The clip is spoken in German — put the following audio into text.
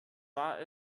war